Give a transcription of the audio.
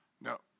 No